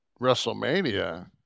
WrestleMania